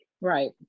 Right